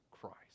Christ